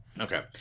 Okay